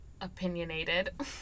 opinionated